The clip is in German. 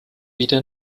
wieder